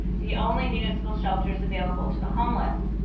the only municipal shelters available to the homeless.